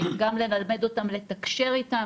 גם ללמד אותם לתקשר איתם,